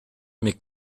mais